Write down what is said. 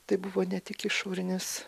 tai buvo ne tik išorinis